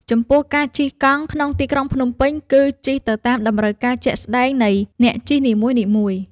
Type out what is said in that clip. ចំពោះ ការជិះកង់ក្នុងទីក្រុងភ្នំពេញ គឺជិះទៅតាមតម្រូវការជាក់ស្ដៃងនៃអ្នកជិះនីមួយៗ។